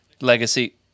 legacy